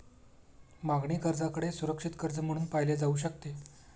मागणी कर्जाकडे सुरक्षित कर्ज म्हणून पाहिले जाऊ शकते